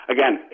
Again